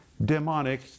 demonic